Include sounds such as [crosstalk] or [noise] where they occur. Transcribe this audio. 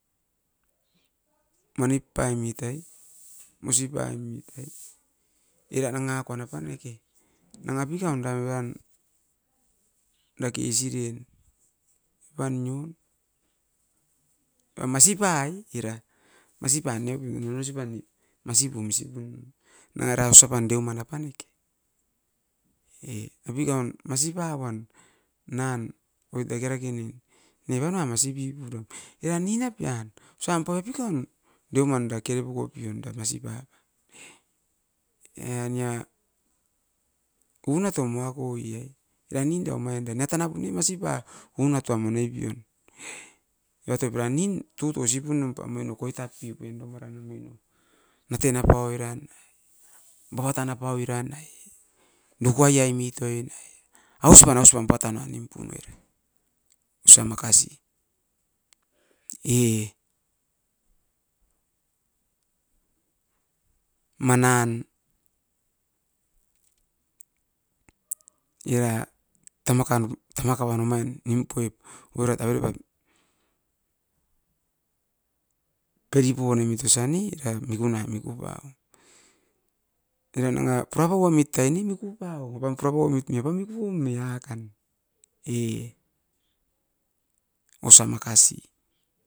manip paimit ai, mosi paimit. Era nangakoan apaneke, nanga pikan daudan naki isiri e, apan nio a masi pai, era masipa niop imiun masipan, masipum isi pun. Nanga era osa pan deuman apaneke. E apikaun masi pauan nan oit dake rake nen, ne evana masi pipuram. Eran nin e pian osam puai pikaun deuman da keri puku pion da masipan, e a nia unatom nangako'i e, era ninda omain da netan a pun ne masi pa unato mone pion. Evatop era nin, tuto isi punom pa omain o koitat pipiu nom era nomino, naten apau oiran nai. Bakotan apau ira nai, nukuai ai mituaia nai, ausipan ausipam patana nimpun oin, osa makasi, e manan era tamakan tamaka uan omain nimpoip oirat avere pait. Karipua nomit osa ni? Eraim mikunaim, miku pa. Era nanga pura pauamit aini miku pauo [unintelligible] pura pauamit apaniku me'iakan, e osa makasi.